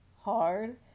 hard